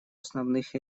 основных